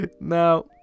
Now